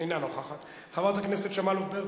אינה נוכחת, חברת הכנסת שמאלוב-ברקוביץ,